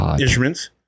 instruments